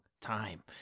time